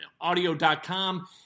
audio.com